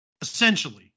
Essentially